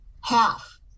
half